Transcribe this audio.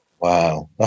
Wow